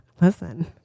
Listen